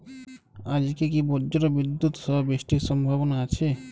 আজকে কি ব্রর্জবিদুৎ সহ বৃষ্টির সম্ভাবনা আছে?